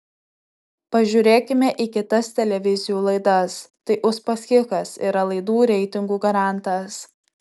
pažiūrėkime į kitas televizijų laidas tai uspaskichas yra laidų reitingų garantas